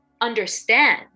understand